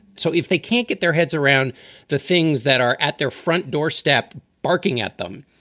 so if they can't get their heads around the things that are at their front doorstep barking at them,